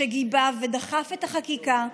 שגיבה ודחף את החקיקה,